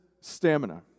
stamina